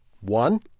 One